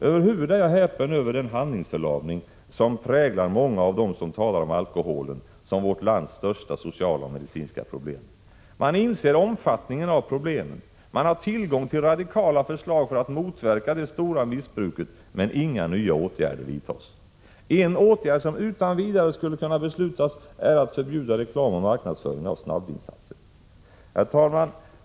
Över huvud taget är jag häpen över den handlingsförlamning som präglar många av dem som talar om alkoholen som vårt lands största sociala och medicinska problem. Man inser omfattningen av problemen. Man har tillgång till radikala förslag för att motverka det stora missbruket — men inga nya åtgärder vidtas. En åtgärd som utan vidare skulle kunna beslutas är att förbjuda reklam för och marknadsföring av snabbvinssatser. Herr talman!